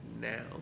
now